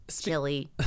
Chili